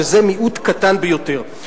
שזה מיעוט קטן ביותר.